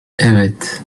evet